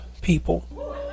people